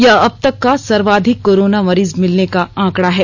यह अबतक का सर्वाधिक कोरोना मरीज मिलने का आंकड़ा है